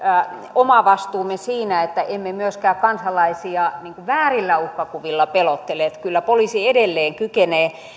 oma vastuumme siinä että emme myöskään kansalaisia väärillä uhkakuvilla pelottele kyllä poliisi edelleen kykenee